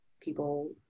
people